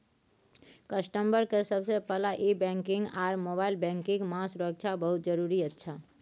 customer के सबसे पहला ई बैंकिंग आर मोबाइल बैंकिंग मां सुरक्षा बहुत जरूरी अच्छा